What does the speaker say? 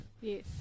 Yes